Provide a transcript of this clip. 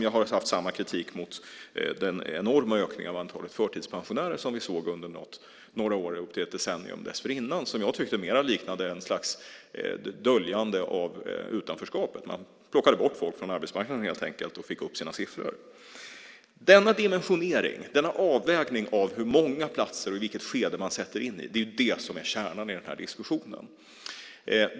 Jag har haft samma kritik mot den enorma ökning av antalet förtidspensionärer som vi såg under några år, upp till ett decennium, dessförinnan. Jag tyckte att det mer liknade ett döljande av utanförskapet. Man plockade bort folk från arbetsmarknaden och fick upp siffrorna, helt enkelt. Denna dimensionering och avvägning av hur många platser och i vilket skede man sätter in dem är kärnan i diskussionen.